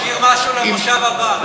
תשאיר משהו למושב הבא,